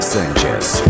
Sanchez